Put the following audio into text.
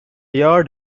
yard